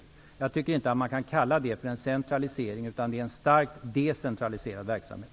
Jag tycker inte att man kan kalla det för en centralisering. Det är en starkt decentraliserad verksamhet.